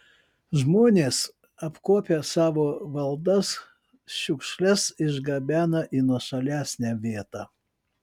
žmonės apkuopę savo valdas šiukšles išgabena į nuošalesnę vietą